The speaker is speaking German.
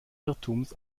irrtums